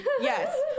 Yes